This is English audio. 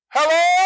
Hello